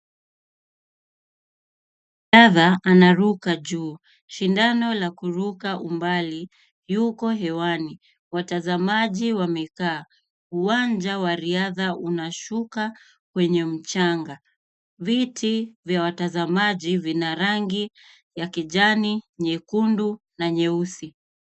Mwanariadha anaruka juu, shindano la kuruka umbali, yuko hewani. watazamaji wamekaa, uwanja wa riadha unashuka kwenye mchanga. Viti vya watazamaji vina rangi ya kijani, nyekundu na nyeusi.